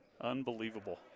unbelievable